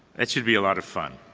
that should be a lot of fun.